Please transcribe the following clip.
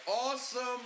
awesome